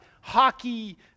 hockey